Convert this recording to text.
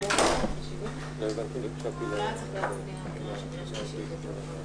הישיבה ננעלה בשעה 17:20.